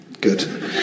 Good